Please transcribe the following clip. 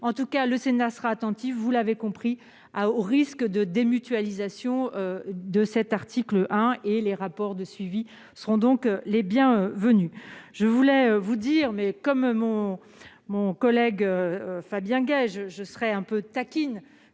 en tout cas le Sénat sera attentive, vous l'avez compris à haut risque de démutualisation de cet article 1 et les rapports de suivi seront donc les bien venus, je voulais vous dire mais comme mon mon collègue Fabien gage je serais un peu taquine